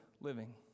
living